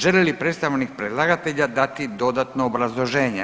Želi li predstavnik predlagatelja dati dodatno obrazloženje?